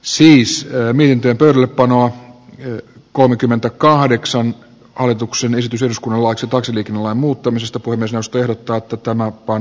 siis mihin tietyllä painoi yli kolmekymmentäkahdeksan hallituksen esitys eduskunnan vuoksi pois eli kinnulan muuttamista puun ostajilta että tämä on